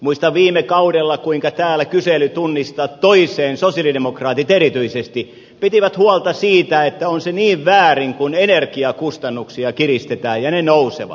muistan viime kaudella kuinka täällä kyselytunnista toiseen sosialidemokraatit erityisesti pitivät huolta siitä että on se niin väärin kun energiakustannuksia kiristetään ja ne nousevat